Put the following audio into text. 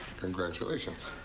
congratulations.